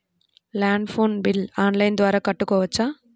Land phone bill online ద్వారా కట్టుకోవచ్చు?